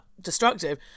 destructive